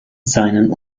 seinen